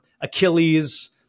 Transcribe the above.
Achilles